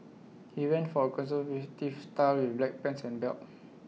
he went for A conservative style with black pants and belt